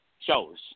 shows